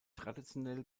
traditionell